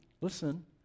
listen